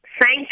thank